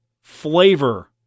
flavor